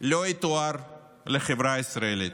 לא יתואר לחברה הישראלית.